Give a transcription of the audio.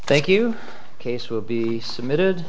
thank you case will be submitted